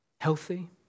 healthy